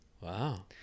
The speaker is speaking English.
wow